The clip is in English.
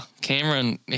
Cameron